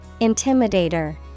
Intimidator